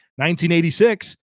1986